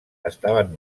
estaven